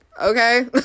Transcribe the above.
okay